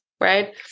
right